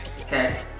Okay